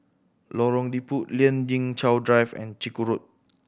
Lorong Liput Lien Ying Chow Drive and Chiku Road